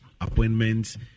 appointments